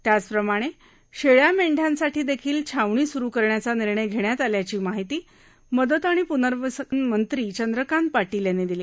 त्याचप्रमाणे शेळ्या मेंढ़यांसाठीदेखील छावणी सुरू करण्याचा निर्णय घेण्यात आल्याची माहिती मदत आणि पुनर्वसन मंत्री चंद्रकांत पाटील यांनी दिली